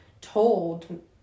told